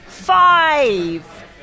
Five